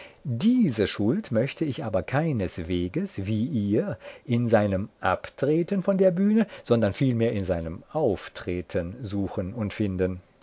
diese schuld möchte ich aber keinesweges wie ihr in seinem abtreten von der bühne sondern vielmehr in seinem auftreten suchen und finden